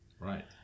Right